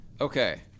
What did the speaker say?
Okay